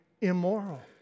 immoral